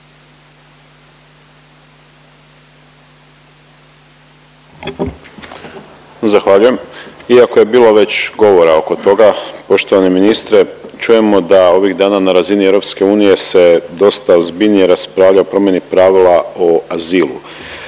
Zahvaljujem. Iako je bilo već govora oko toga poštovani ministre, čujemo da ovih dana na razini EU se dosta ozbiljnije raspravlja o promjeni pravila o azilu,